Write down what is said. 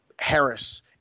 Harris